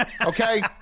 okay